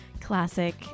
classic